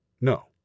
no